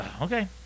okay